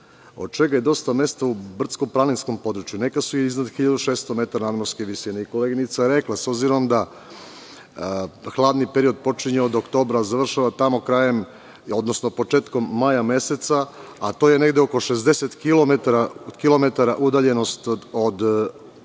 od čega je dosta mesta u brdsko-planinskom području. Neka su i iznad 1.600 m nadmorske visine. Koleginica je rekla – s obzirom da hladni period počinje od oktobra, a završava tamo krajem, odnosno početkom maja meseca, a to je negde oko 60 km udaljenosti od opštine